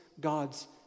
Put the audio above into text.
God's